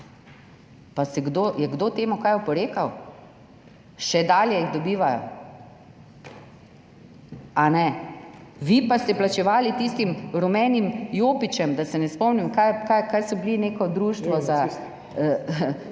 in milijone. Je kdo temu kaj oporekal? Še dalje jih dobivajo. Vi pa ste plačevali tistim rumenim jopičem, da se ne spomnim, kaj so bili neko društvo za,